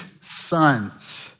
sons